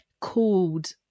called